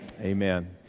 Amen